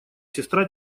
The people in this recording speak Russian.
сестра